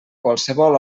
qualsevol